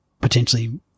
potentially